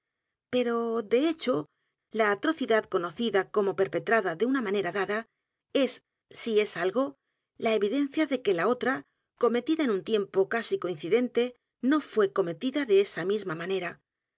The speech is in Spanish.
o de hecho la atrocidad conocida como perpetrada de una manera dada es si es algo la evidencia de que la otra cometida en un tiempo casi coincidente no fué cometida de esa misma